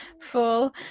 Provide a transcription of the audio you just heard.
full